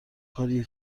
کاریه